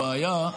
הבעיה,